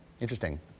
Interesting